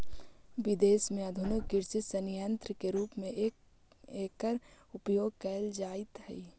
विदेश में आधुनिक कृषि सन्यन्त्र के रूप में एकर उपयोग कैल जाइत हई